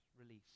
release